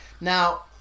Now